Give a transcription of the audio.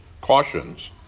cautions